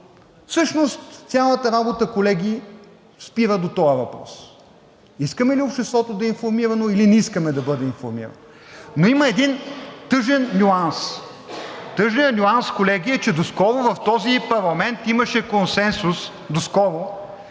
Всъщност цялата работа, колеги, опира до този въпрос: искаме ли обществото да е информирано, или не искаме да бъде информирано? Но има един тъжен нюанс. Тъжният нюанс, колеги, е, че доскоро в този парламент имаше консенсус – доскоро!